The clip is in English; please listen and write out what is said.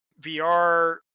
VR